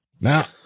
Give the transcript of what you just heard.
Now